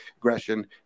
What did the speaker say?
aggression